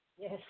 Yes